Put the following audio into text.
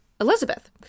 Elizabeth